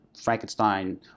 Frankenstein